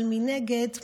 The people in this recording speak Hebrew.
אבל מנגד המחיר,